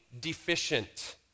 deficient